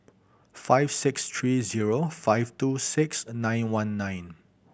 five six three zero five two six nine one nine